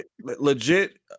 legit